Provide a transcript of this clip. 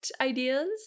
ideas